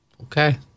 Okay